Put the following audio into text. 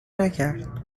نکرد